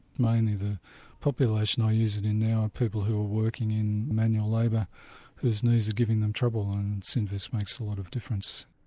mainly the population i use it in now are people who are working in manual labour whose knees are giving them trouble and synvisc makes a lot of difference.